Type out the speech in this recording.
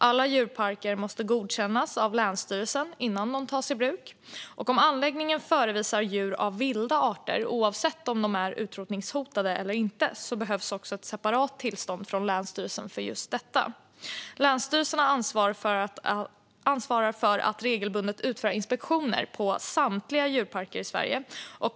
Alla djurparker måste godkännas av länsstyrelsen innan de tas i bruk. Om anläggningen förevisar djur av vilda arter, oavsett om de är utrotningshotade eller inte, behövs också ett separat tillstånd från länsstyrelsen för detta. Länsstyrelserna ansvarar för att regelbundet utföra inspektioner på samtliga djurparker i Sverige.